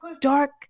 dark